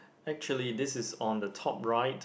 actually this is on the top right